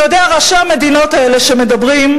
אתה יודע, ראשי המדינות האלה שמדברים,